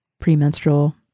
premenstrual